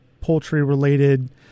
poultry-related